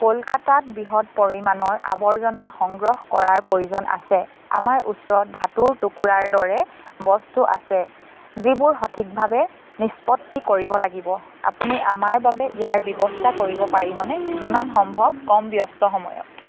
কলকাতাত বৃহৎ পৰিমাণৰ আৱৰ্জনা সংগ্ৰহ কৰাৰ প্ৰয়োজন আছে আমাৰ ওচৰত ধাতুৰ টুকুৰাৰ দৰে বস্তু আছে যিবোৰ সঠিকভাৱে নিষ্পত্তি কৰিব লাগিব আপুনি আমাৰ বাবে ইয়াৰ ব্যৱস্থা কৰিব পাৰিবনে যিমান সম্ভৱ কম ব্যস্ত সময়ত